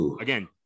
Again